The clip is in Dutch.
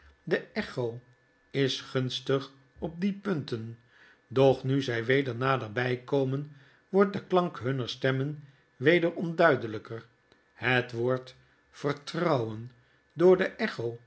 de echo is gunstig op die punten doch nu zy weder naderby komen wordt de klank hunner stemraen weder onduidelyker het woord vertrouwen door de